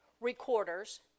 recorders